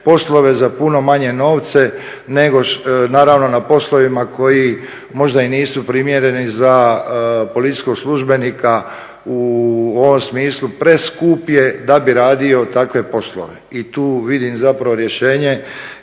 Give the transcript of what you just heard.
poslove za puno manje novce naravno na poslovima koji možda i nisu primjereni za policijskog službenika u ovom smislu preskup je da bi radio takve poslove. I tu vidim rješenje